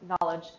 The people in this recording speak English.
knowledge